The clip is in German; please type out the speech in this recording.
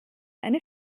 eine